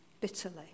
bitterly